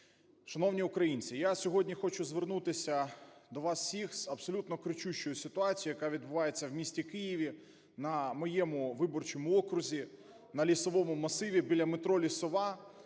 Шановні українці, я сьогодні хочу звернутися до вас всіх з абсолютно кричущою ситуацією, яка відбувається в місті Києві, на моєму виборчому окрузі, на Лісовому масиві, біля метро "Лісова",